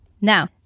now